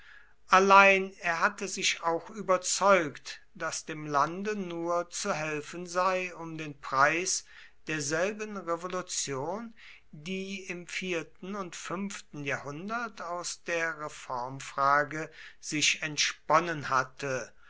allein er hatte sich auch überzeugt daß dem lande nur zu helfen sei um den preis derselben revolution die im vierten und fünften jahrhundert aus der reformfrage sich entsponnen hatte